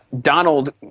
Donald